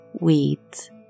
weeds